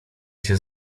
cię